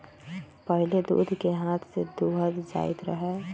पहिले दूध के हाथ से दूहल जाइत रहै